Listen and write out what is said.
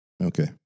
Okay